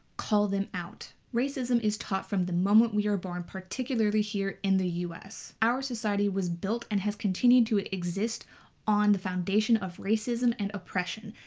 call them out. racism is taught from the moment we are born, particularly here in the u s. our society was built and has continued to exist on the foundation of racism and oppression.